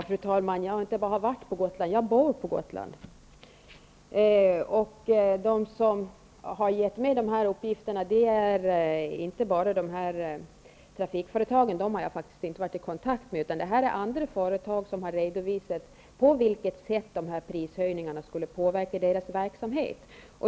Fru talman! Jag har inte bara varit på Gotland -- jag bor på Gotland. Det är inte trafikföretagen som givit mig dessa uppgifter -- jag har faktiskt inte varit i kontakt med dem -- utan det är andra företag som redovisat vad prishöjningarna skulle innebära för deras verksamhet.